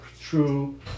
true